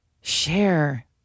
share